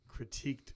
critiqued